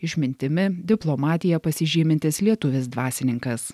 išmintimi diplomatija pasižymintis lietuvis dvasininkas